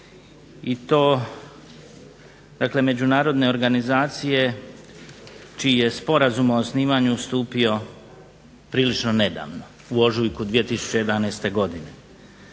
dakle međunarodne organizacije čiji je Sporazum o osnivanju stupio prilično nedavno, u ožujku 2011. godine.